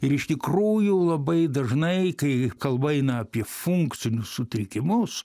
ir iš tikrųjų labai dažnai kai kalba eina apie funkcinius sutrikimus